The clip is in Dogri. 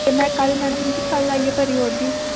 ते में कल मैडम कल आइयै भरी ओड़गी